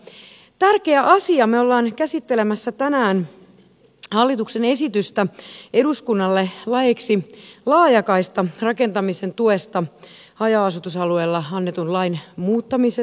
mutta tärkeä asia me olemme käsittelemässä tänään hallituksen esitystä eduskunnalle laiksi laajakaistarakentamisen tuesta haja asutusalueilla annetun lain muuttamisesta